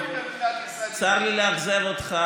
הוא מינה אותך לשר מים, הוא כן פגע בך,